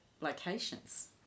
locations